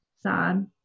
sad